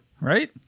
right